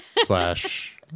slash